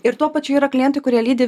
ir tuo pačiu yra klientų kurie lydi